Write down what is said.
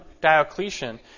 Diocletian